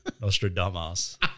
Nostradamus